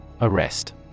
Arrest